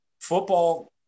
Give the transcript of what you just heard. football